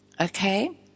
Okay